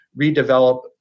redevelop